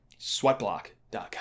sweatblock.com